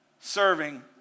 serving